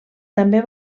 també